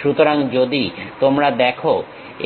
সুতরাং যদি তোমরা দেখো